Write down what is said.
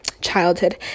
childhood